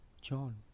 John